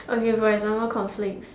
okay for example conflicts